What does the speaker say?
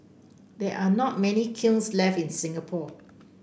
there are not many kilns left in Singapore